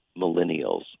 millennials